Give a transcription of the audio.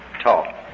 talk